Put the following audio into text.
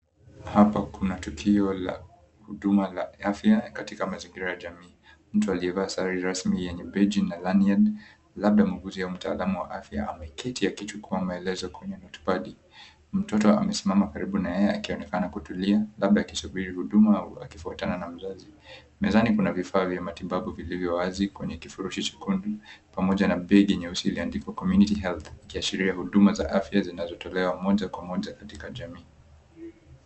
Hapa kuna tukio la huduma la afya katika mazingira ya jamii. Mtu aliyevaa sare rasmi yenye beji na lanyard, labda mguuzi au mtaalamu wa afya ameketi akichukua maelezo kwenye notepad. Mtoto amesimama karibu na yeye akionekana kutulia, labda akisubiri huduma au akifuatana na mzazi. Mezani kuna vifaa vya matibabu vilivyo wazi kwenye kifurushi cha kunde pamoja na beji nyeusi iliyoandikwa Community Health ikishiria huduma za afya zinazotolewa moja kwa moja katika jamii.